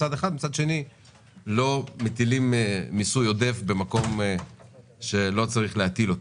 ומצד שני לא מטילים מיסוי עודף במקום שלא צריך להטיל אותו.